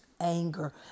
anger